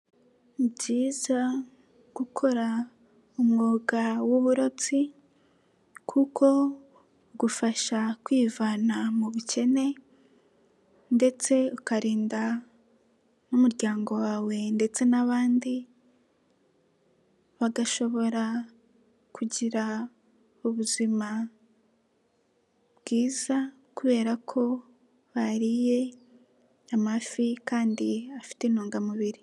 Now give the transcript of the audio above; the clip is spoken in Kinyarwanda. Ni byiza gukora umwuga w'uburobyi kuko ugufasha kwivana mu bukene ndetse ukarinda n'umuryango wawe ndetse n'abandi bagashobora kugira ubuzima bwiza kubera ko bariye amafi afite intungamubiri.